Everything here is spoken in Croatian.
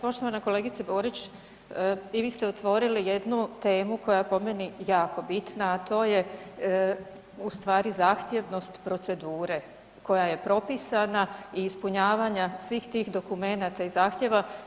Poštovana kolegice Borić i vi ste otvorili jednu temu koja je po meni jako bitna, a to je u stvari zahtjevnost procedure koja je propisana i ispunjavanja svih tih dokumenata i zahtjeva.